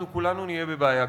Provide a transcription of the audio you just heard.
אנחנו כולנו נהיה בבעיה גדולה.